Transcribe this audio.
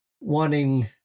wanting